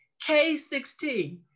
K-16